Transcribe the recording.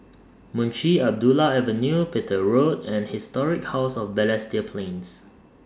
Munshi Abdullah Avenue Petir Road and Historic House of Balestier Plains